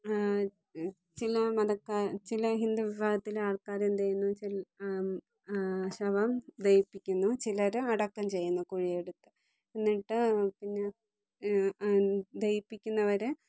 ചില മതക്കാർ ചില ഹിന്ദു വിഭാഗത്തിലെ ആൾക്കാരെന്ത് ചെയ്യുന്നുവെച്ചാൽ ശവം ദഹിപ്പിക്കുന്നു ചിലർ അടക്കം ചെയ്യുന്നു കുഴിയെടുത്ത് എന്നിട്ട് പിന്നെ ദഹിപ്പിക്കുന്നവർ